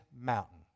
mountain